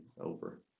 over